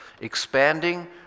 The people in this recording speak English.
expanding